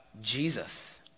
Jesus